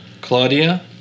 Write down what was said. Claudia